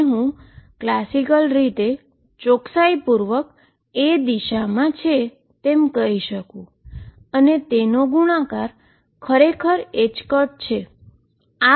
જે હું ક્લાસિકલ રીતે ચોક્ક્સાઈ પુર્વક રીતે એ જ દિશામાં છે અને તેનો ગુણાકાર ખરેખર ℏ છે